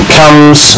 comes